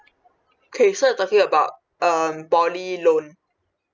okay so you talking about um poly loan